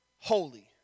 holy